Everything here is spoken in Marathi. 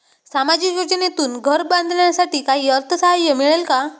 सामाजिक योजनेतून घर बांधण्यासाठी काही अर्थसहाय्य मिळेल का?